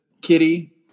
Kitty